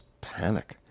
panic